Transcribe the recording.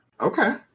Okay